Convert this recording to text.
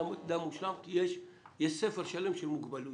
מושלם כי יש ספר שלם של מוגבלויות,